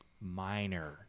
minor